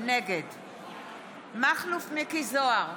נגד מכלוף מיקי זוהר,